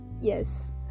Yes